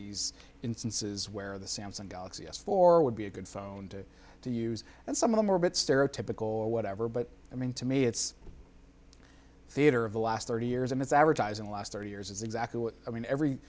these instances where the samsung galaxy s four would be a good phone to to use and some of them were a bit stereotypical or whatever but i mean to me it's theater of the last thirty years in its advertising last thirty years is exactly what i mean every